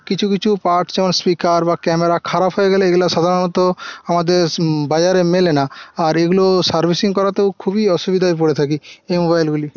কিছু কিছু পার্টস যেমন স্পিকার বা ক্যামেরা খারাপ হয়ে গেলে এগুলো সাধারণত আমাদের বাজারে মেলে না আর এগুলো সার্ভিসিং করাতেও খুবই অসুবিধায় পরে থাকি এই মোবাইলগুলি